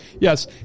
Yes